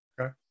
Okay